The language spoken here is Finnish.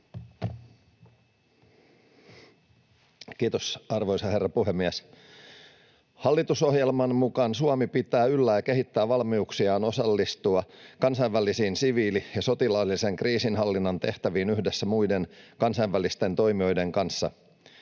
Kiitos, arvoisa herra puhemies! Hallitusohjelman mukaan Suomi pitää yllä ja kehittää valmiuksiaan osallistua kansainvälisiin siviili- ja sotilaallisen kriisinhallinnan tehtäviin yhdessä muiden kansainvälisten toimijoiden kanssa.